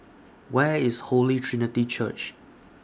Where IS Holy Trinity Church